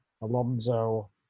Alonso